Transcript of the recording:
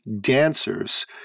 dancers